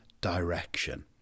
direction